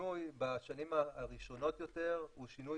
השינוי בשנים הראשונות יותר הוא שינוי